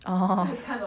orh